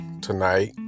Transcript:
tonight